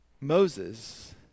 Moses